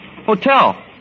Hotel